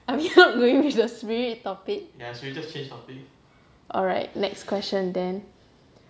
I mean how would we reach a spirit topic alright next question then